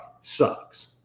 sucks